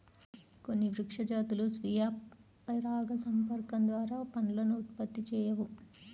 కొన్ని వృక్ష జాతులు స్వీయ పరాగసంపర్కం ద్వారా పండ్లను ఉత్పత్తి చేయవు